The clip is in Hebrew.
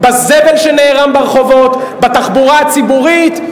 בזבל שנערם ברחובות, בתחבורה הציבורית.